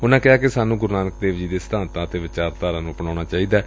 ਉਂਨੂਂ ਕਿਹਾ ਕਿ ਸਾਨੂੰ ਗੁਰੂ ਨਾਨਕ ਦੇਵ ਜੀ ਦੇ ਸਿਧਾਂਤਾਂ ਅਤੇ ਵਿਚਾਰਧਾਰਾ ਨੂੰ ਅਪਣਾਊਣਾ ਚਾਹੀਦੈ